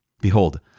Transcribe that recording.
Behold